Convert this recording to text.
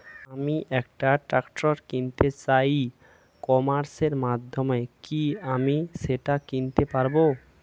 আমি একটা ট্রাক্টর কিনতে চাই ই কমার্সের মাধ্যমে কি আমি সেটা কিনতে পারব?